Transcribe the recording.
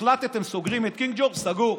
החלטתם שסוגרים את קינג ג'ורג' סגור.